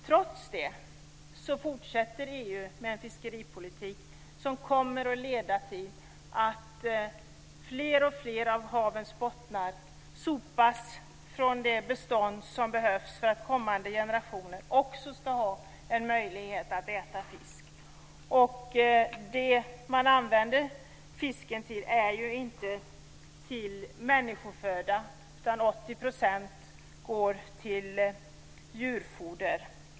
Trots det fortsätter EU med en fiskeripolitik som kommer att leda till att fler och fler av havets bottnar sopas rena från de bestånd som behövs för att kommande generationer också ska ha möjlighet att äta fisk. Det man använder fisken till är ju inte människoföda, utan 80 % av fisken går till djurfoder.